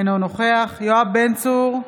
אינו נוכח יואב בן צור,